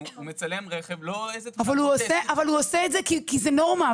הוא מצלם רכב --- אבל הוא עושה את זה כי זו נורמה.